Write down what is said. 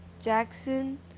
Jackson